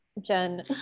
Jen